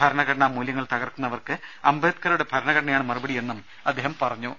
ഭരണഘടനാ മൂല്യങ്ങൾ ട തകർക്കുന്നവർക്ക് അംബേദ്കറുടെ ഭരണഘടനയാണ് മറുപടിയെന്നും അദ്ദേഹം വ്യക്തമാക്കി